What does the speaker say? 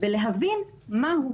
ולהבין מה הוא.